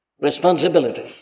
responsibility